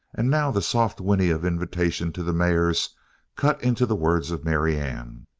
and now the soft whinny of invitation to the mares cut into the words of marianne.